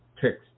text